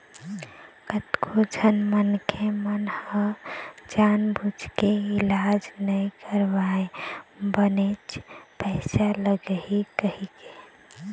कतको झन मनखे मन ह जानबूझ के इलाज नइ करवाय बनेच पइसा लगही कहिके